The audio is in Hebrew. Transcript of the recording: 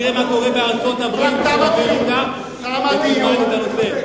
לך תראה מה קורה בארצות-הברית, ותלמד את הנושא.